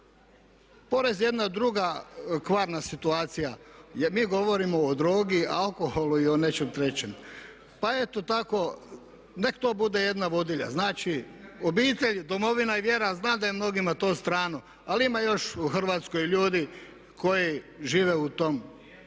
Porez je jedna druga kvarna situacija jer mi govorimo o drogi, alkoholu i o nečemu trećem. Pa eto tako, neka to bude jedna vodilja. Znači obitelj, domovina i vjera, znam da je mnogima to strano ali ima još u Hrvatskoj ljudi koji žive u toj